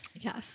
Yes